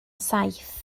saith